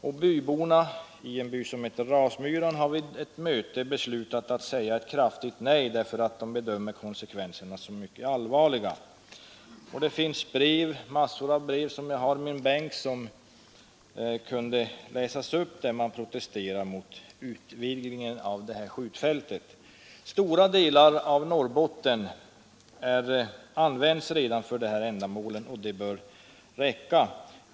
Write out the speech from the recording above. Invånarna i byn Rasmyran har vid ett möte beslutat säga ett kraftigt nej därför att de bedömer konsekvenserna som mycket allvarliga. Jag kunde läsa upp massor av brev, som jag har i min bänk, i vilka man protesterar mot utvidgningen av skjutfältet. Stora delar av Norrbotten används redan för dessa ändamål, och det bör räcka.